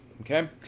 okay